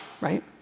Right